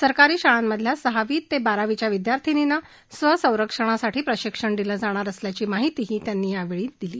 सरकारी शाळांमधल्या सहावी ते बारावीच्या विद्यार्थ्यींनींना स्व संरक्षणासाठी प्रशिक्षण दिलं जाणार असल्याची माहितीही त्यांनी यावेळी दिली